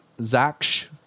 Zach